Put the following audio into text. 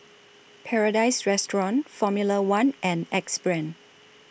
Paradise Restaurant Formula one and Axe Brand